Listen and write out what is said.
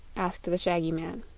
asked the shaggy man.